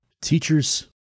Teachers